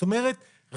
זאת אומרת,